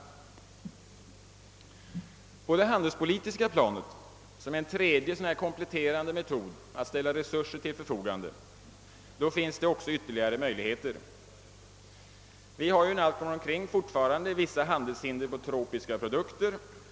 Också på det handelspolitiska planet, där vi har en tredje kompletterande metod att ställa resurser till förfogande, finns ytterligare möjligheter. Vi har fortfarande vissa handelshinder på tro piska produkter.